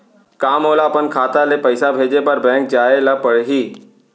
का मोला अपन खाता ले पइसा भेजे बर बैंक जाय ल परही?